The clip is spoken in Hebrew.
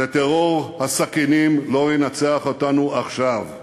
וטרור הסכינים לא ינצח אותנו עכשיו.